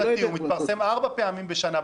השכר הממוצע מתפרסם ארבע פעמים בשנה.